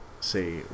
say